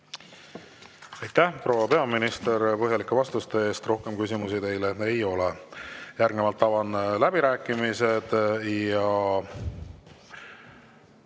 Aitäh, proua peaminister, põhjalike vastuste eest! Rohkem küsimusi teile ei ole. Järgnevalt avan läbirääkimised.